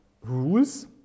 rules